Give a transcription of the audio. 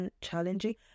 challenging